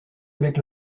avec